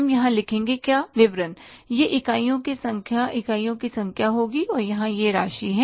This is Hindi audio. हम यहां लिखेंगे क्या विवरण यह इकाइयों की संख्या इकाइयों की संख्या होगी और यहां यह राशि है